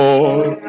Lord